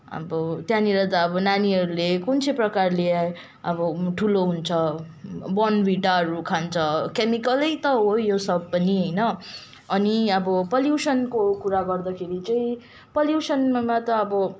अब त्यहाँनिर त अब नानीहरूले कुन चाहिँ प्रकारले अब ठुलो हुन्छ बोर्नभिटाहरू खान्छन् केमिकलै हो यो सब पनि होइन अनि अब पोल्युसनको कुरा गर्दाखेरि चाहिँ पोल्युसनमा त अब